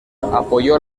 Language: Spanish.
apoyó